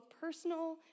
personal